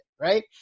right